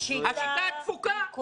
השיטה דפוקה.